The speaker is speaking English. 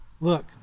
Look